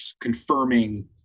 confirming